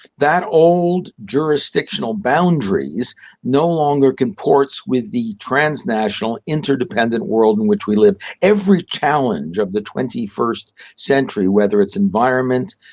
that old jurisdictional boundaries no longer comports with transnational interdependent world in which we live. every challenge of the twenty first century, whether it's environment,